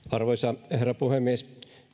arvoisa herra puhemies